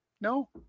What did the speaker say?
no